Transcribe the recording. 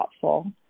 thoughtful